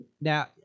Now